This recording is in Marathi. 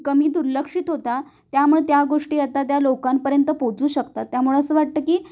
कमी दुर्लक्षित होता त्यामुळे त्या गोष्टी आता त्या लोकांपर्यंत पोचू शकतात त्यामुळं असं वाटतं की